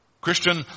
Christian